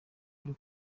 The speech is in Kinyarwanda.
byo